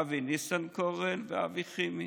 אבי ניסנקורן ואבי חימי.